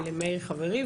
מאיר חברי.